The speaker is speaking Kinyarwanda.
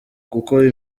gukora